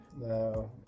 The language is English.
No